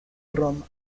roma